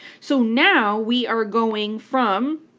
so now we are going from